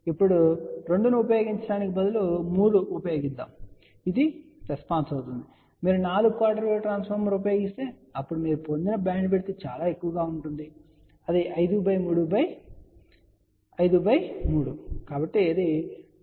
ఇప్పుడు 2 ను ఉపయోగించటానికి బదులుగా మీరు 3 ఉపయోగిస్తే ఇది రెస్పాన్స్ అవుతుంది మీరు 4 క్వార్టర్ వేవ్ ట్రాన్స్ఫార్మర్ను ఉపయోగిస్తే అప్పుడు మీరు పొందిన బ్యాండ్విడ్త్ చాలా ఎక్కువగా ఉంటుంది అది 53 ఇది 15